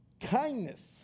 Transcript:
kindness